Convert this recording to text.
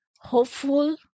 hopeful